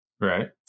Right